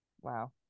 Wow